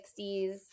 60s